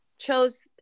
chose